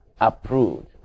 approved